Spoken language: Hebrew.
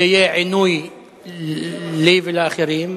זה יהיה עינוי לי ולאחרים.